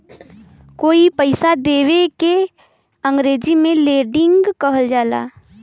कोई के पइसा देवे के अंग्रेजी में लेंडिग कहल जाला